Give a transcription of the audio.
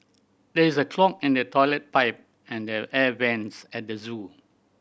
there is a clog in the toilet pipe and the air vents at the zoo